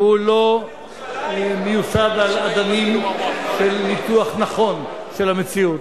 והוא לא מיוסד על אדנים של ניתוח נכון של המציאות.